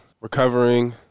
recovering